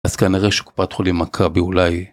אז כנראה שקופת חולים מכבי אולי.